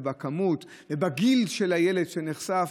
בכמות ובגיל של הילד שנחשף,